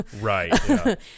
right